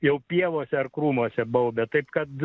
jau pievose ar krūmuose baubia taip kad